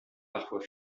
parfois